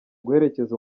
guherekeza